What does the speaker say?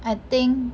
I think